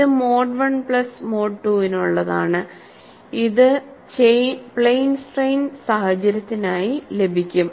ഇത് mode I plus mode II നുള്ളതാണ് ഇത് പ്ലെയിൻ സ്ട്രെയിൻ സാഹചര്യത്തിനായി ലഭിക്കും